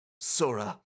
Sora